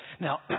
Now